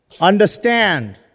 understand